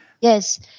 Yes